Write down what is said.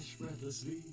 breathlessly